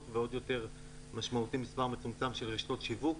ועוד יותר משמעותי מספר מצומצם של רשתות שיווק.